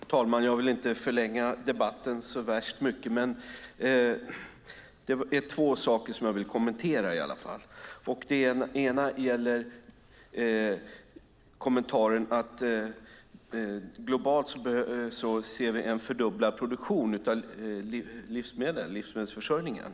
Fru talman! Jag vill inte förlänga debatten så värst mycket, men det finns två saker jag vill kommentera. Den ena saken gäller kommentaren att vi globalt ser en fördubblad produktion av livsmedel - livsmedelsförsörjningen.